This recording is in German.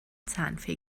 zahnfee